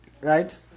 Right